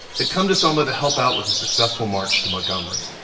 had come to selma to help out with a successful march to montgomery.